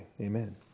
Amen